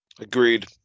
Agreed